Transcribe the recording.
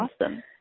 Awesome